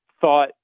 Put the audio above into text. thought